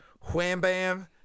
Wham-bam